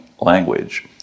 language